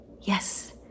Yes